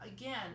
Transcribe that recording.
again